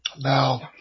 Now